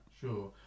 Sure